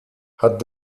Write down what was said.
hat